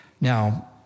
Now